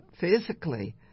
physically